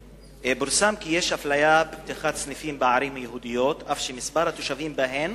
פורסם כי יש אפליה בפתיחת סניפים בערים יהודיות אף שמספר התושבים בהן